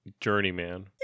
Journeyman